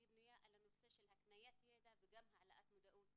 שהיא בנויה על הנושא של הקניית ידע וגם העלאת מודעות,